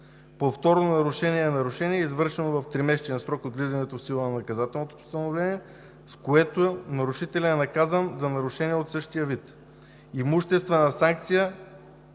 Повторно нарушение е нарушение, извършено в тримесечен срок от влизането в сила на наказателното постановление, с което нарушителят е наказан за нарушение от същия вид. Имуществена санкция